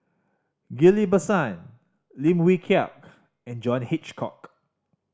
Ghillie Basan Lim Wee Kiak and John Hitchcock